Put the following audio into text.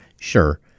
Sure